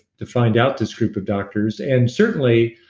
to find out this group of doctors. and certainly,